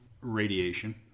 radiation